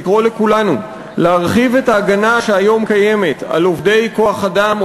לקרוא לכולנו להרחיב את ההגנה שקיימת היום על עובדי כוח-אדם,